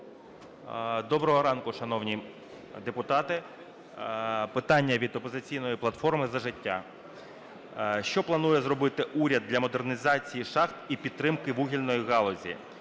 Доброго ранку, шановні депутати! Питання від "Опозиційної платформи - За життя". Що планує зробити уряд для модернізації шахт і підтримки вугільної галузі